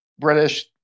british